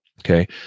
okay